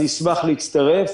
אני אשמח להצטרף